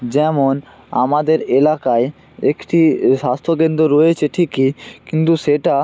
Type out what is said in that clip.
যেমন আমাদের এলাকায় একটি স্বাস্থ্যকেন্দ্র রয়েছে ঠিকই কিন্তু সেটা